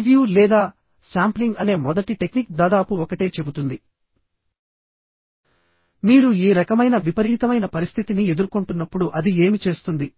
preview లేదా sampling అనే మొదటి టెక్నిక్ దాదాపు ఒకటే చెబుతుంది మీరు ఈ రకమైన విపరీతమైన పరిస్థితిని ఎదుర్కొంటున్నప్పుడు అది ఏమి చేస్తుంది